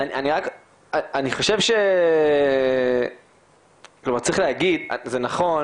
אני חושב שצריך להגיד, זה נכון